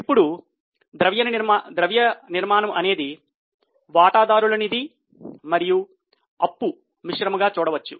ఇప్పుడు ద్రవ్య నిర్మాణం అనేది వాటాదారులు నిధి మరియు అప్పు మిశ్రమంగా చూడవచ్చు